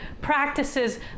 practices